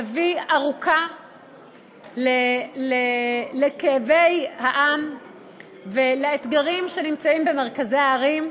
יביא ארוכה לכאבי העם ולאתגרים שנמצאים במרכזי הערים.